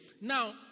Now